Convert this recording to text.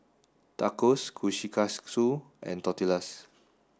Tacos Kushikatsu and Tortillas